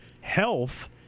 health